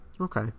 Okay